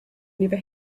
never